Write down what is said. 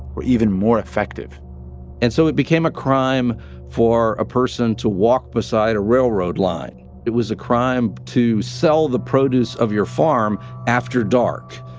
were even more effective and so it became a crime for a person to walk beside a railroad line. it was a crime to sell the produce of your farm after dark.